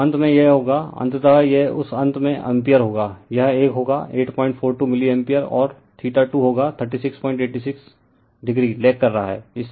तो अंत में यह होगा अंततः यह उस अंत में एम्पीयर होगा यह एक होगा 842 मिलीएम्पियर और 2 होगा 3686 o लेग कर रहा है